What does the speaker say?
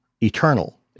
eternal